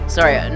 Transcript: Sorry